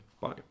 Bye